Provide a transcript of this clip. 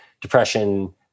depression